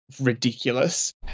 ridiculous